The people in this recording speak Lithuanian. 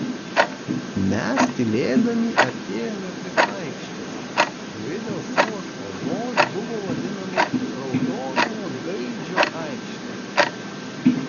mes tylėdami artėjome prie aikštės kuri dėl savo spalvos buvo vadinama raudonojo gaidžio aikšte